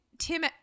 Tim